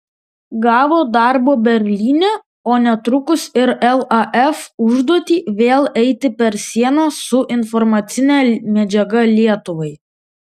gavo darbo berlyne o netrukus ir laf užduotį vėl eiti per sieną su informacine medžiaga lietuvai